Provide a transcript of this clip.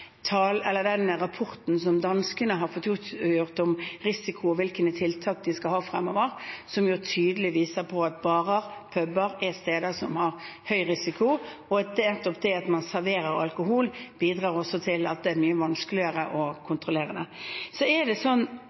rapporten som danskene har fått gjort om risiko og hvilke tiltak de skal ha fremover, som tydelig viser at barer og puber er steder som har høy risiko, og at nettopp det at man serverer alkohol, bidrar til at det er mye vanskeligere å kontrollere det. Vi gjennomfører disse tiltakene, forhåpentligvis kortsiktig, som totale nasjonale tiltak, men vi gjennomfører dem fordi vi er